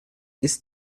ist